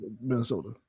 Minnesota